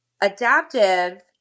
adaptive